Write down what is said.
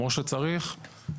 כמו שצריך.